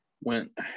went